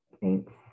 Thanks